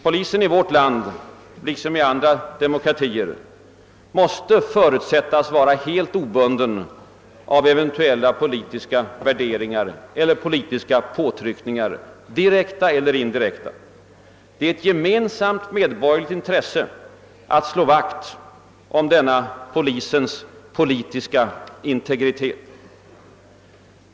Polisen i vårt land liksom i andra demokratier måste förutsättas vara helt obunden av eventuella politiska värderingar eller politiska påtryckningar — direkta eller indirekta. Det är ett gemensamt medborgerligt intresse att slå vakt om denna polisens politiska integritet.